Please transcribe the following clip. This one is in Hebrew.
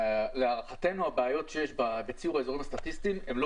להערכתנו הבעיה שיש בציור האזורים הסטטיסטיים היא לא